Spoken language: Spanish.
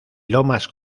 lomas